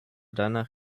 danach